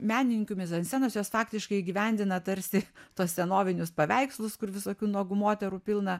menininkių mizanscenos jos faktiškai įgyvendina tarsi tuos senovinius paveikslus kur visokių nuogų moterų pilna